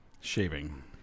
Shaving